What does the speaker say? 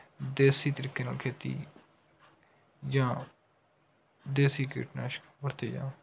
ਦੇਸੀ ਤਰੀਕੇ ਨਾਲ਼ ਖੇਤੀ ਜਾਂ ਦੇਸੀ ਕੀਟਨਾਸ਼ਕ ਵਰਤੇ ਜਾਣ